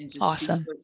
Awesome